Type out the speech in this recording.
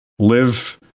live